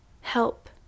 help